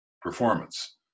performance